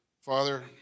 Father